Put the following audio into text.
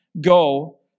go